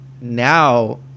now